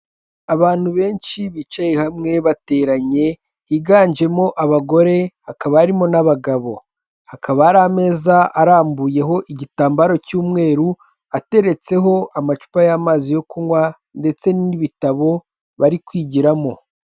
Abantu benshi bicaye hamwe bateranye higanjemo abagore hakaba harimo n'abagabo, hakaba ari ameza arambuyeho igitambaro cy'umweru, ateretseho amacupa y'amazi yo kunywa ndetse n'ibitabo bari kwigiramo.